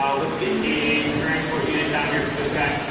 um let's get a transport unit down here for this guy